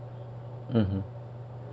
mmhmm